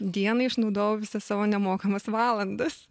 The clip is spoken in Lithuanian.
dieną išnaudojau visas savo nemokamas valandas